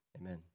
amen